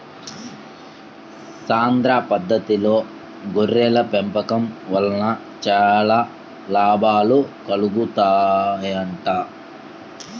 సాంద్ర పద్దతిలో గొర్రెల పెంపకం వలన చాలా లాభాలు కలుగుతాయంట